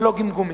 ולא עם גמגומים.